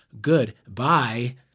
Goodbye